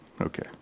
okay